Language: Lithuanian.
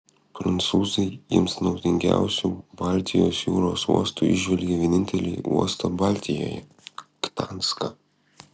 prancūzai jiems naudingiausiu baltijos jūros uostu įžvelgia vienintelį uostą baltijoje gdanską